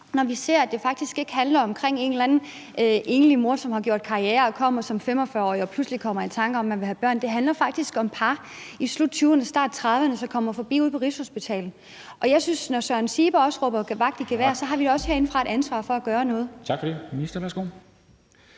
når vi ser, at det faktisk ikke handler om en eller anden enlig kvinde, som har gjort karriere, og som 45-årig og pludselig kommer i tanke om, at hun vil have barn. Det handler faktisk om par i sluttyverne og starttrediverne, som kommer forbi ude på Rigshospitalet. Jeg synes, at når Søren Ziebe råber vagt i gevær, har vi også herindefra et ansvar for at gøre noget. Kl. 13:10 Formanden (Henrik